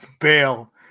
bail